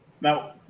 Now